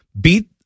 Beat